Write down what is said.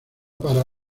para